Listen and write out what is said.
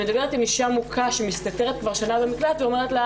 מדברת עם אישה מוכה שמסתתרת כבר שנה במקלט והיא אומרת לה: